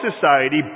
society